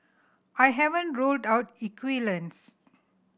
I haven't ruled out equivalence